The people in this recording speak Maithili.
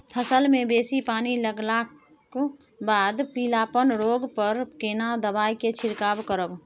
फसल मे बेसी पानी लागलाक बाद पीलापन रोग पर केना दबाई से छिरकाव करब?